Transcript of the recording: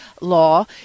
law